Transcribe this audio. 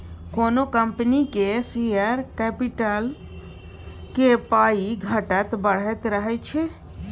कोनो कंपनीक शेयर कैपिटलक पाइ घटैत बढ़ैत रहैत छै